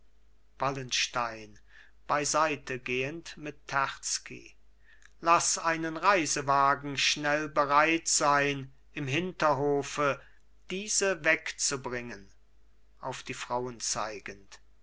wallenstein beiseitegehend mit terzky laß einen reisewagen schnell bereit sein im hinterhofe diese wegzubringen auf die frauen zeigend